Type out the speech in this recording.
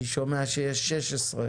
אני שומע שיש 16,